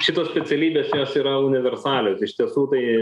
šitos specialybės jos yra universalios iš tiesų tai